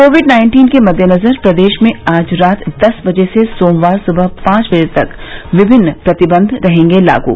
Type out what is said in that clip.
Covid nineteen के मद्देनजर प्रदेश में आज रात दस बजे से सोमवार सुबह पांच बजे तक विभिन्न प्रतिबंध रहेंगे लागू